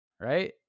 right